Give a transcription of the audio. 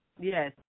Yes